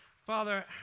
Father